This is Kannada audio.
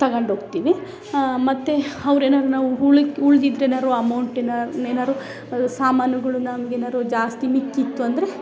ತಗೊಂಡ್ ಹೋಗ್ತಿವಿ ಮತ್ತು ಅವ್ರು ಏನಾದ್ರು ನಾವು ಉಳಿಕೆ ಉಳ್ದಿದ್ರೆನಾರು ಅಮೌಂಟನ ಏನಾದ್ರು ಸಾಮಾನುಗಳು ನಮ್ಗೆ ಏನಾದ್ರು ಜಾಸ್ತಿ ಮಿಕ್ಕಿತ್ತು ಅಂದರೆ